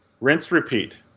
Rinse-repeat